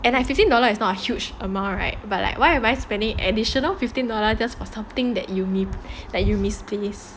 and like fifteen dollars is not a huge amount right but like why am I spending additional fifteen on on something that you that you misplace